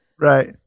Right